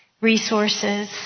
resources